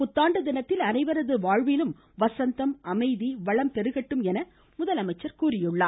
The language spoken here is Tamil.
புத்தாண்டு தினத்தில் அனைவரது வாழ்விலும் வசந்தம் அமைதி வளம் பெருகட்டும் என்று முதலமைச்சர் கூறியுள்ளார்